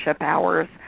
hours